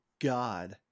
god